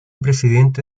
presidente